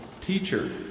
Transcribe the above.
Teacher